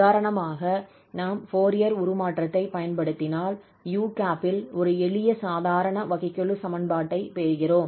உதாரணமாக நாம் ஃபோரியர் உருமாற்றத்தைப் பயன்படுத்தினால் 𝑢̂ இல் ஒரு எளிய சாதாரண வகைக்கெழு சமன்பாட்டைப் பெறுகிறோம்